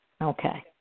Okay